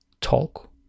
talk